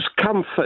comfort